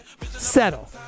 settle